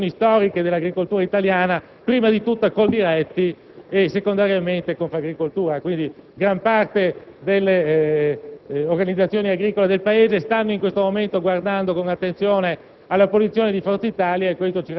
rappresentati dalle grandi organizzazioni storiche dell'agricoltura italiana, innanzitutto Coldiretti e Confagricoltura. Quindi, gran parte delle organizzazioni agricole del Paese in questo momento stanno guardando con attenzione